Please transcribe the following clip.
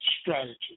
strategy